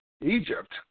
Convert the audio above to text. Egypt